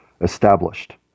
established